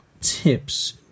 tips